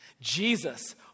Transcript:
Jesus